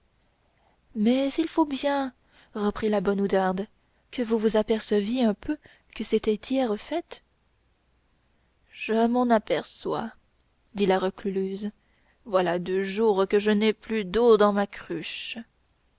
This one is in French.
mais il faut bien reprit la bonne oudarde que vous vous aperceviez un peu que c'était hier fête je m'en aperçois dit la recluse voilà deux jours que je n'ai plus d'eau dans ma cruche